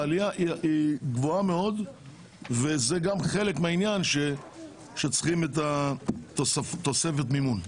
העלייה היא גבוהה מאוד וזה גם חלק מכך שצריך תוספת מימון.